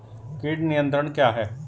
कीट नियंत्रण क्या है?